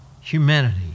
humanity